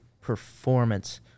performance